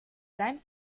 sein